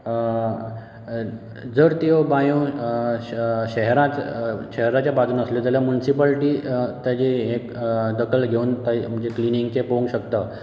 जर त्यो बांयो श शेहराच शहराच्या बाजून आसल्यो जाल्यार मुन्सिपाल्टी ताजें हे दखल घेवन ता म्हणजे क्लिनिंगचें पोंग शकता